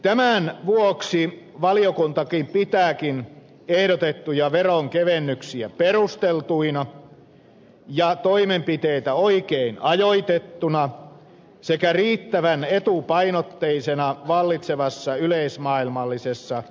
tämän vuoksi valiokunta pitääkin ehdotettuja veronkevennyksiä perusteltuina ja toimenpiteitä oikein ajoitettuina sekä riittävän etupainotteisina vallitsevassa yleismaailmallisessa suhdannetilanteessa